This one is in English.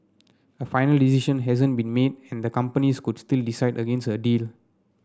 a final decision hasn't been made and the companies could still decide against a deal